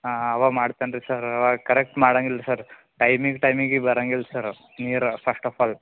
ಹಾಂ ಅವ ಮಾಡ್ತಾನೆ ರೀ ಸರ್ ಕರಕ್ಟ್ ಮಾಡಂಗಿಲ್ಲ ರೀ ಸರ್ ಟೈಮಿಗೆ ಟೈಮಿಗೆ ಬರಂಗಿಲ್ಲ ರೀ ಸರ್ ನೀರು ಫಸ್ಟ್ ಆಫ್ ಆಲ್